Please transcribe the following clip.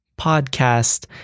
podcast